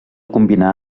combinar